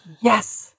yes